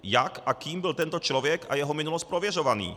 Jak a kým byl tento člověk a jeho minulost prověřován?